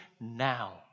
now